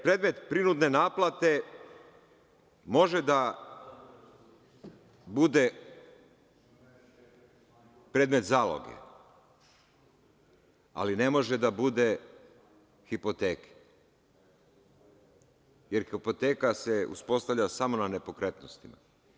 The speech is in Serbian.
Predmet prinudne naplate može da bude predmet zaloge, ali ne može da bude hipoteka, jer hipoteka se uspostavlja samo na nepokretnostima.